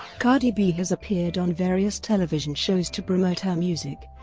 cardi b has appeared on various television shows to promote her music,